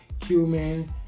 cumin